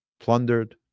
Plundered